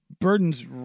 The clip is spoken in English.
Burden's